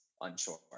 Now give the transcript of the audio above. unsure